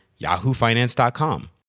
yahoofinance.com